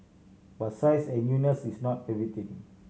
but size and newness is not everything